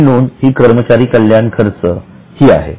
पुढील नोंद हि कर्मचारी कल्याण खर्च हि आहे